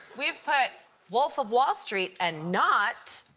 we've put wolf of wall street and not,